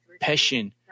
Passion